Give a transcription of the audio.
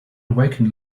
awaken